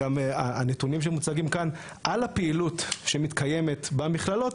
בהקשר לנתונים שמוצגים כאן על הפעילות שמתקיימת במכללות,